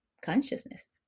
Consciousness